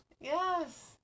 Yes